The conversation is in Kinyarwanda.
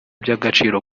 by’agaciro